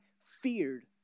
feared